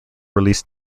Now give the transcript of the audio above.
released